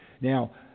Now